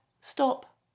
stop